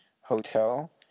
Hotel